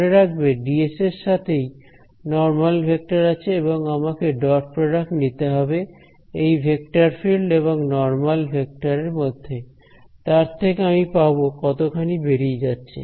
মনে রাখবে ডিএস এর সাথেই নরমাল ভেক্টর আছে এবং আমাকে ডট প্রডাক্ট নিতে হবে এই ভেক্টর ফিল্ড এবং নরমাল ভেক্টর এর মধ্যে তার থেকে আমি পাব কতখানি বেরিয়ে যাচ্ছে